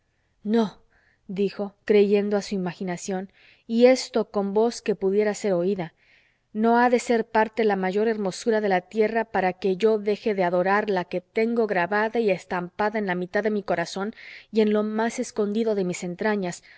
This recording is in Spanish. no dijo creyendo a su imaginación y esto con voz que pudiera ser oídano ha de ser parte la mayor hermosura de la tierra para que yo deje de adorar la que tengo grabada y estampada en la mitad de mi corazón y en lo más escondido de mis entrañas